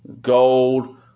gold